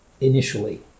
initially